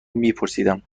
میپرسیدم